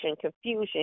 confusion